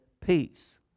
peace